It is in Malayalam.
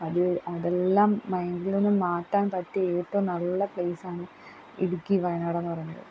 അത് അതെല്ലാം മൈൻഡിൽനിന്നും മാറ്റാന് പറ്റിയ ഏറ്റവും നല്ല പ്ലേയ്സാണ് ഇടുക്കി വയനാടെന്ന് പറയുന്നത്